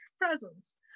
presents